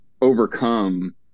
overcome